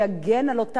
של העובדים,